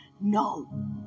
No